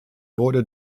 wurde